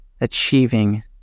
achieving